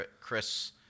Chris